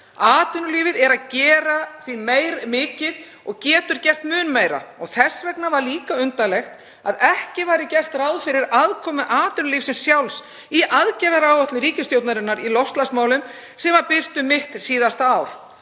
Atvinnulífið er því að gera mikið og getur gert mun meira. Þess vegna var líka undarlegt að ekki væri gert ráð fyrir aðkomu atvinnulífsins sjálfs í aðgerðaáætlun ríkisstjórnarinnar í loftslagsmálum sem var birt um mitt síðasta ár.